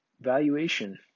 valuation